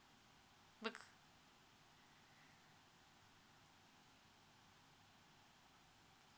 be